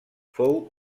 fou